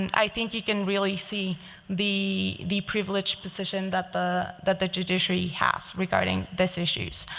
and i think you can really see the the privileged position that the that the judiciary has regarding this issues.